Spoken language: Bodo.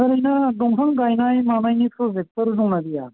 ओरैनो दंफां गायनाय मानायनि प्रजेक्टफोर दं ना गैया